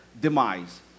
demise